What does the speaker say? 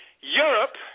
Europe